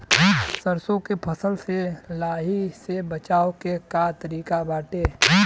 सरसो के फसल से लाही से बचाव के का तरीका बाटे?